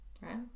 right